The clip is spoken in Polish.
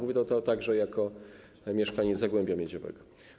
Mówię to także jako mieszkaniec zagłębia miedziowego.